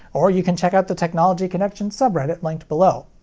or you can check out the technology connections subreddit linked below.